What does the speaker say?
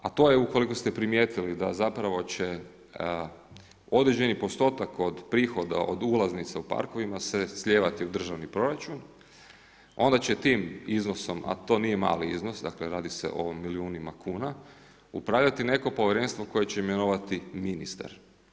A to je ukoliko ste primijetili da zapravo će određeni postotak od prihoda, od ulaznica u parkovima se slijevati u državni proračun, onda će tim iznosom, a to nije mali iznos, dakle radi se o milijunima kuna, upravljati neko povjerenstvo koje će imenovati ministar.